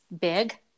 big